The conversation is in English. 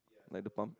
like the pump